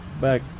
back